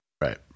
Right